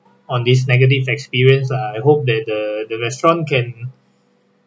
on this negative experience I hope that the the restaurant can